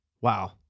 Wow